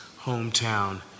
hometown